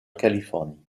californie